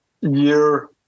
year